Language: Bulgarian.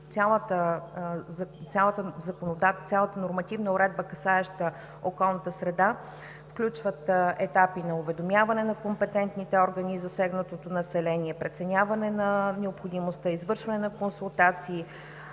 цялата нормативна уредба, касаеща околната среда, включват: етапи на уведомяване на компетентните органи и засегнатото население; преценяване на необходимостта; извършване на консултации,